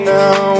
now